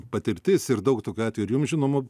patirtis ir daug tokių atvejų jums žinomų